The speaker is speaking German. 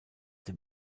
dem